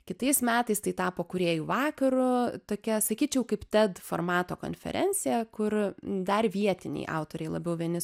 kitais metais tai tapo kūrėjų vakaru tokia sakyčiau kaip ted formato konferencija kur dar vietiniai autoriai labiau vieni